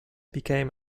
became